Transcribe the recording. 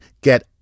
get